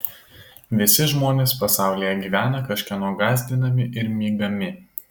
visi žmonės pasaulyje gyvena kažkieno gąsdinami ir mygami